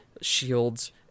shields